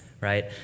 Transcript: Right